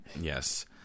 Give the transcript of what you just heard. Yes